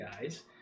guys